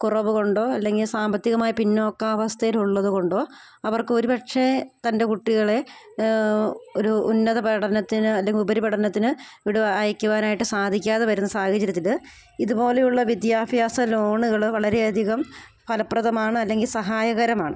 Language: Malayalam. കുറവ് കൊണ്ടോ അല്ലെങ്കിൽ സാമ്പത്തികമായ പിന്നോക്കാവസ്ഥയിൽ ഉള്ളത് കൊണ്ടോ അവർക്ക് ഒരു പക്ഷേ തൻ്റെ കുട്ടികളെ ഒരു ഉന്നത പഠനത്തിന് അല്ലെ ഉപരിപഠനത്തിന് വിടാൻ അയക്കുവാനായിട്ട് സാധിക്കാതെ വരുന്ന സാഹചര്യത്തിൽ ഇത്പോലെയുള്ള വിദ്യാഭ്യാസ ലോണ്കൾ വളരെ അധികം ഫലപ്രദമാണ് അല്ലെങ്കിൽ സഹായകരമാണ്